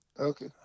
Okay